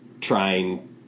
trying